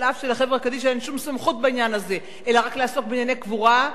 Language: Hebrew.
אף שלחברה קדישא אין שום סמכות בעניין הזה אלא רק לעסוק בענייני קבורה.